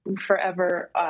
forever